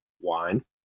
wine